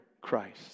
Christ